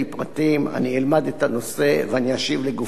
אני אלמד את הנושא ואני אשיב לגופו של עניין.